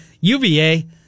UVA